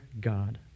God